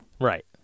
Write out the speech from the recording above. right